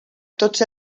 tots